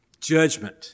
Judgment